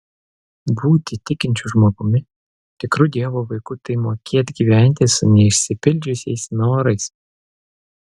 būti tikinčiu žmogumi tikru dievo vaiku tai mokėt gyventi su neišsipildžiusiais norais